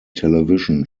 television